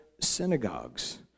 synagogues